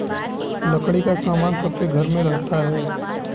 लकड़ी का सामान सबके घर में रहता है